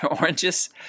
oranges